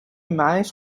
managed